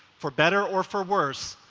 for better or for worse,